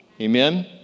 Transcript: Amen